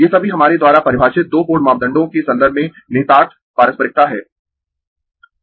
ये सभी हमारे द्वारा परिभाषित दो पोर्ट मापदंडों के संदर्भ में निहितार्थ पारस्परिकता है